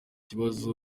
ibibazo